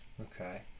Okay